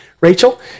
Rachel